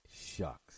Shucks